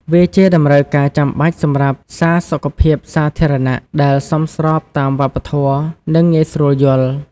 វាជាតម្រូវការចាំបាច់សម្រាប់សារសុខភាពសាធារណៈដែលសមស្របតាមវប្បធម៌ និងងាយស្រួលយល់។